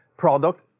product